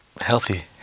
Healthy